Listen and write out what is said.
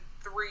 three